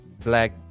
black